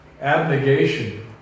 abnegation